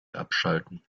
abschalten